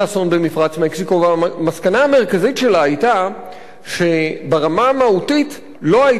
והמסקנה המרכזית שלה היתה שברמה המהותית לא היתה הפרדה מספיק